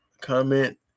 comment